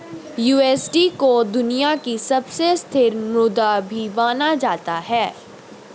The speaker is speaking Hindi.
यू.एस.डी को दुनिया की सबसे स्थिर मुद्रा भी माना जाता है